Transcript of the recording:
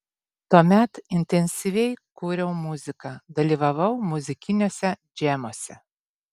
tuomet intensyviai kūriau muziką dalyvavau muzikiniuose džemuose